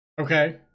Okay